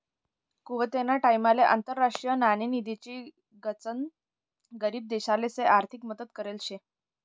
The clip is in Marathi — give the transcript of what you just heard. कुवेतना टाइमले आंतरराष्ट्रीय नाणेनिधीनी गनच गरीब देशसले आर्थिक मदत करेल शे